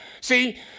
See